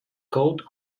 coat